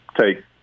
take